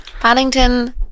Paddington